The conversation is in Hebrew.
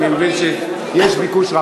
אני מבין שיש ביקוש רב.